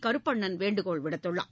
கருப்பண்ணன் வேண்டுகோள் விடுத்துள்ளார்